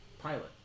pilot